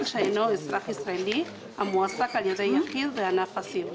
שאינו אזרח ישראלי המועסק על ידי יחיד בענף הסיעוד.